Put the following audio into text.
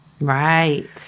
Right